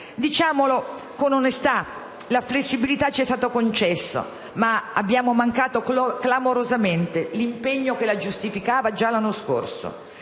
Diciamolo con onestà: la flessibilità ci è stata concessa, ma abbiamo mancato clamorosamente l'impegno che la giustificava già l'anno scorso.